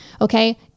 okay